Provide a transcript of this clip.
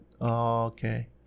okay